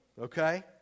Okay